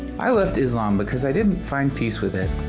i left islam because i didn't find peace with it.